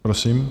Prosím.